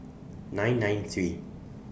nine nine three